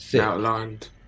outlined